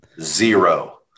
Zero